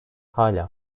hâlâ